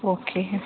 okay